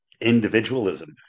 individualism